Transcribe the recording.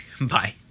Bye